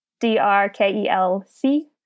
D-R-K-E-L-C